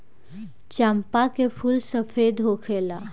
चंपा के फूल सफेद होखेला